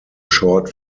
short